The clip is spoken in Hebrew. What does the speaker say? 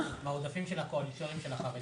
מהעודפים של הקואליציוניים של החרדים.